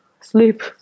sleep